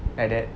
like that